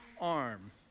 arm